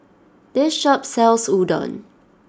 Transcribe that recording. this shop sells Udon